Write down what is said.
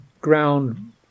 ground